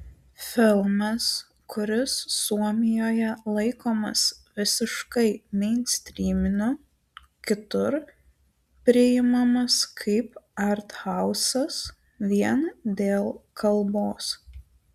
filmas kuris suomijoje laikomas visiškai meinstryminiu kitur priimamas kaip arthausas vien dėl kalbos